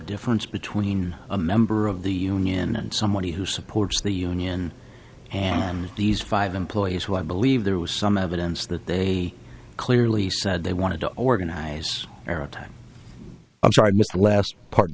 difference between a member of the union and someone who supports the union and these five employees who i believe there was some evidence that they clearly said they wanted to organize maritime i'm sorry i missed the last part